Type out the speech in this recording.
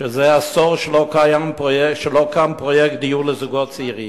שזה עשור שלא קם פרויקט דיור לזוגות צעירים.